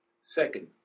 Second